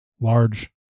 Large